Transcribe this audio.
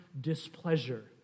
displeasure